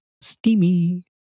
steamy